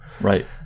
Right